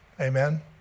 Amen